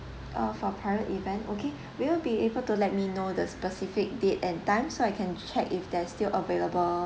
uh for farewell event okay will you be able to let me know the specific date and time so I can check if there are still available